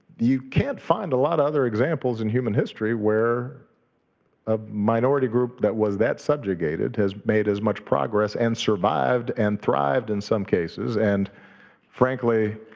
you can't find a lot of other examples in human history where a minority group that was that subjugated has made as much progress and survived and thrived in some cases, and frankly,